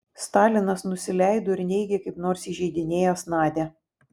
stalinas nusileido ir neigė kaip nors įžeidinėjęs nadią